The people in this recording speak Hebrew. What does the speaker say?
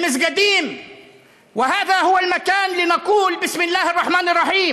במסגדים (אומר דברים בשפה הערבית,